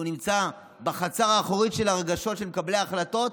שנמצא בחצר האחורית של הרגשות של מקבלי ההחלטות,